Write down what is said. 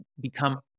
become